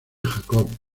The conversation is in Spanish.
jacob